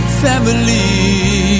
family